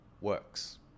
works